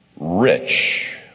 rich